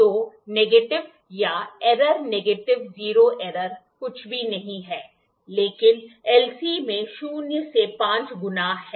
तो नेगेटिव या error negative zero error कुछ भी नहीं है लेकिन LC में शून्य से 5 गुना है